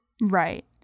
right